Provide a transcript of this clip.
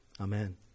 Amen